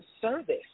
service